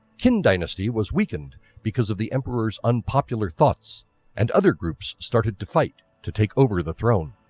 qin dynasty was weakened because of the emperor's unpopular thoughts and other groups started to fight to take over the throne.